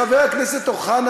חבר הכנסת אוחנה,